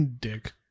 Dick